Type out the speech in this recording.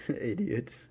Idiot